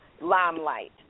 limelight